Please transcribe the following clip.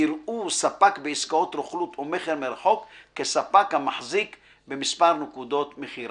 יראו ספק בעסקאות רוכלות או מכר מרחוק כספק המחזיק במספר נקודות מכירה."